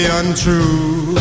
untrue